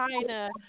China